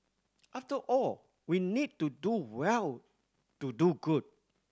after all we need to do well to do good